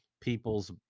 people's